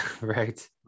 right